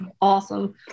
Awesome